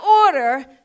order